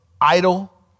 idle